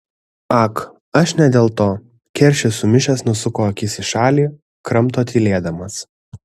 ag aš ne dėl to keršis sumišęs nusuko akis į šalį kramto tylėdamas